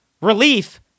relief